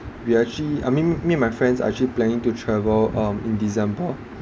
we actually I mean me and my friends actually planning to travel um in december